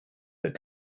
that